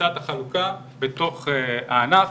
מתבצעת החלוקה בתוך הענף.